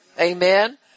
Amen